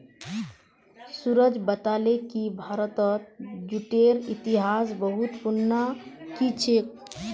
सूरज बताले कि भारतत जूटेर इतिहास बहुत पुनना कि छेक